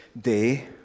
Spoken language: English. day